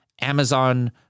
Amazon